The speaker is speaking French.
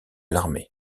l’armée